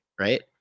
right